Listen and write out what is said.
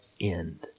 end